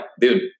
dude